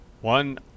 One